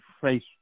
face